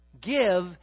Give